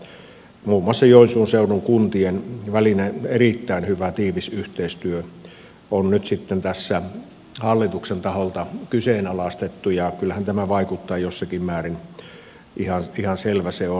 muun muassa joensuun seudun kuntien välinen erittäin hyvä tiivis yhteistyö on nyt sitten tässä hallituksen taholta kyseenalaistettu ja kyllähän tämä vaikuttaa jossakin määrin ihan selvä se on